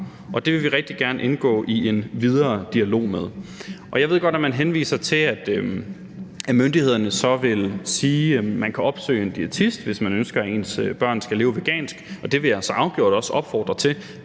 det vil vi rigtig gerne indgå i en videre dialog om. Og jeg ved godt, at man henviser til, at myndighederne så vil sige, at man kan opsøge en diætist, hvis man ønsker, at ens børn skal leve vegansk. Og det vil jeg så afgjort også opfordre til.